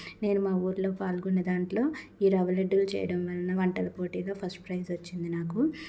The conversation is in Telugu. నేను మా ఊర్లో పాల్గొనే దాంట్లో ఈ రవ్వ లడ్డూలు చేయడం వల్ల వంటల్లో పోటీలో ఫస్ట్ ప్రైజ్ వచ్చింది నాకు